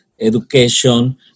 education